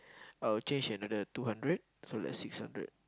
I'll change another two hundred so that's six hundred